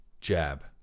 jab